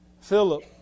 Philip